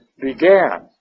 began